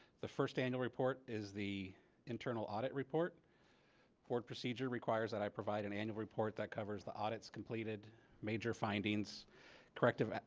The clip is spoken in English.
the first annual report is the internal audit report board procedure requires that i provide an annual report that covers the audits completed major findings corrective.